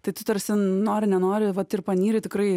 tai tu tarsi nori nenori vat ir panyri tikrai